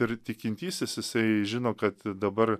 ir tikintysis jisai žino kad dabar